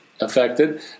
affected